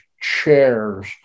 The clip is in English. chairs